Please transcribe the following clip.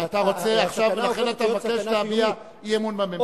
הסכנה, לכן אתה מבקש להביע אי-אמון בממשלה.